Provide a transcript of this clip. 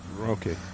Okay